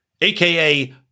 AKA